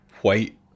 white